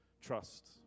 trust